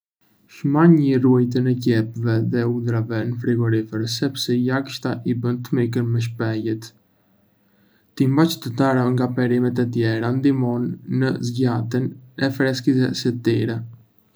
Shmangni ruajtjen e qepëve dhe hudhrave në frigorifer, sepse lagështia i bën të myken më shpejt. T'i mbash të ndara nga perimet e tjera ndihmon në zgjatjen e freskisë së tyre.